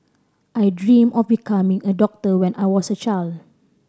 I dream of becoming a doctor when I was a child